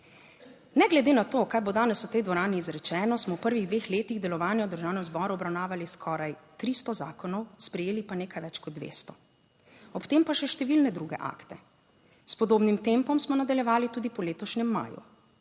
Ne glede na to, kaj bo danes v tej dvorani izrečeno, smo v prvih dveh letih delovanja v Državnem zboru obravnavali skoraj 300 zakonov, sprejeli pa nekaj več kot 200. Ob tem pa še številne druge akte. S podobnim tempom smo nadaljevali tudi po letošnjem maju.